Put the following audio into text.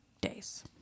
days